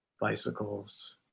bicycles